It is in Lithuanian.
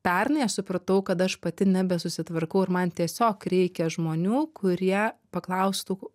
pernai aš supratau kad aš pati nebesusitvarkau ir man tiesiog reikia žmonių kurie paklaustų